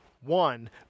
one